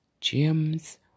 gems